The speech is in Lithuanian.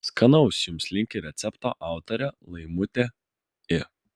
skanaus jums linki recepto autorė laimutė i